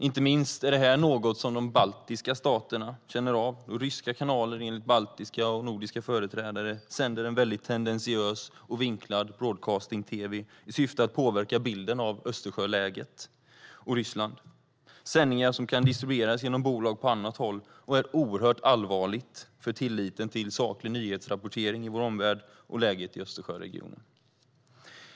Inte minst är detta något som de baltiska staterna känner av, då ryska kanaler, enligt baltiska och nordiska företrädare, har en väldigt tendentiös och vinklad broadcasting-tv i syfte att påverka bilden av Östersjöläget och Ryssland. Sändningar kan distribueras genom bolag på annat håll. Det är oerhört allvarligt för tilliten till saklig nyhetsrapportering i vår omvärld och för läget i Östersjöregionen.